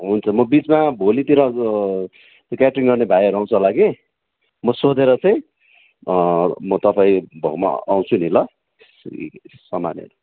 हुन्छ म बिचमा भोलितिर अब क्याटरिङ गर्ने भाइहरू आउँछ होला कि म सोधेर चाहिँ म म तपाईँ भएकोमा आउँछु नि ल सामानहरू